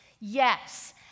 yes